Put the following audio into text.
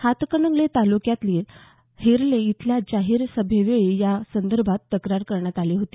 हातकणंगले तालुक्यातील हेरले इथल्या जाहीर सभेवेळी या संदर्भात तक्रार करण्यात आली होती